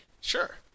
sure